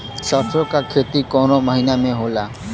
सरसों का खेती कवने महीना में होला?